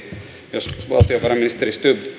jos valtiovarainministeri stubb